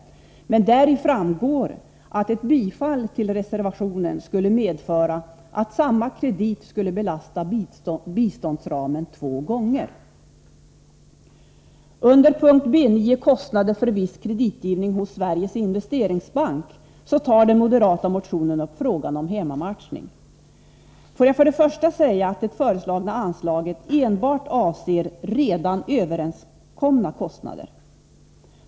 Där framgår det att ett bifall till reservationen på denna punkt skulle medföra att samma kredit skulle belasta biståndsramen två gånger. Under punkt B9 Kostnader för viss kreditgivning hos Sveriges Investeringsbank AB tar den moderata motionen upp frågan om hemmamatchning. Får jag för det första säga att det föreslagna anslaget enbart avser redan överenskomna kostnader.